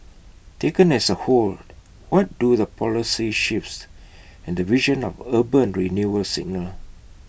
taken as A whole what do the policy shifts and the vision of urban renewal signal